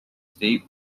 state